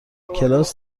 کلاس